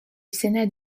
sénat